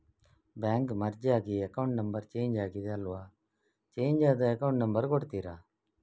Bank merge ಆಗಿ account number change ಆಗಿದೆ ಅಲ್ವಾ, ಚೇಂಜ್ ಆದ ಅಕೌಂಟ್ ನಂಬರ್ ಕೊಡ್ತೀರಾ?